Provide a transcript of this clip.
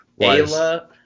Ayla